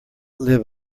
live